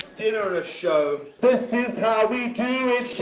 dinner and a show. this is how we do it.